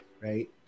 right